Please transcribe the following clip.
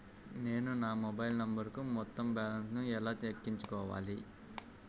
నేను నా మొబైల్ నంబరుకు మొత్తం బాలన్స్ ను ఎలా ఎక్కించుకోవాలి?